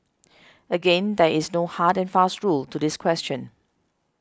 again there is no hard and fast rule to this question